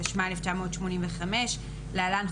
התשמ"ה 1985 (להלן,